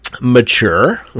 Mature